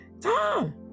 tom